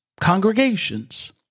congregations